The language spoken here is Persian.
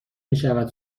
میشود